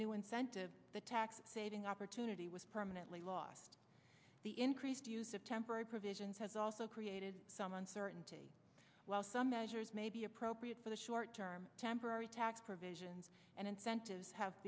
new incentives the tax saving opportunity was permanently lost the increased use of temporary provisions has also created some uncertainty while some measures may be appropriate for the short term temporary tax provisions and incentives have